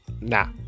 nah